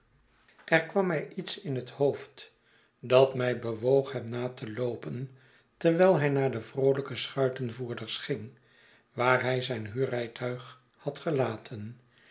er kwam mij iets in het hoofd dat mij bewoog hem na te loopen terwijl hij naar de vrooiijke schuitenvoerders ging waar hij zijn huurrijtuig had gelaten